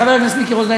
חבר הכנסת מיקי רוזנטל,